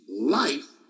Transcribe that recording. life